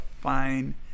fine